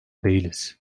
değiliz